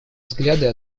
взгляды